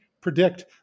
predict